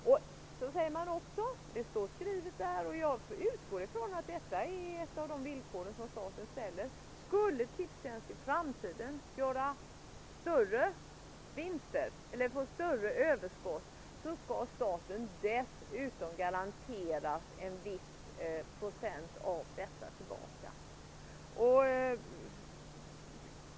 Vidare står det också i skrivningarna -- jag utgår från att det är det villkor som staten ställer -- att om Tipstjänst i framtiden skulle få större överskott skall staten garanteras en viss procent av detta.